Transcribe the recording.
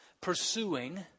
pursuing